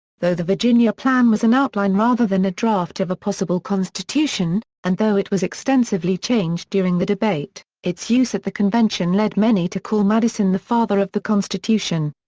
though the virginia plan was an outline rather than a draft of a possible constitution, and though it was extensively changed during the debate, its use at the convention led many to call madison the father of the constitution.